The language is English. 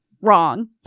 wrong